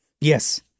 Yes